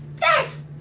Yes